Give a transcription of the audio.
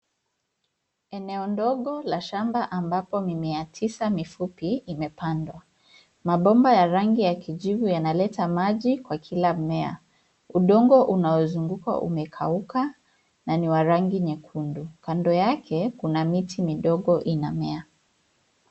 Eneo ndogo la shamba ambapo mimea tisa mifupi imepandwa. Mabomba ya rangi ya kijivu yanaleta maji kwa kila mmea. Udongo unaozunguka umekauka na ni wa rangi nyekundu. Kando yake kuna miti midogo inamea.